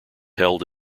held